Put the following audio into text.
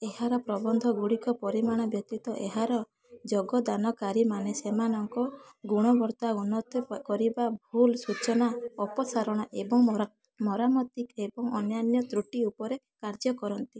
ଏହାର ପ୍ରବନ୍ଧ ଗୁଡ଼ିକ ପରିମାଣ ବ୍ୟତୀତ ଏହାର ଯୋଗଦାନକାରୀମାନେ ସେମାନଙ୍କ ଗୁଣବତ୍ତା ଉନ୍ନତ କରିବା ଭୁଲ୍ ସୂଚନା ଅପସାରଣ ଏବଂ ମରାମତି ଏବଂ ଅନ୍ୟାନ୍ୟ ତ୍ରୁଟି ଉପରେ କାର୍ଯ୍ୟ କରନ୍ତି